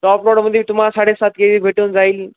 top लोडमध्ये तुम्हाला साडेसात के जी भेटून जाईल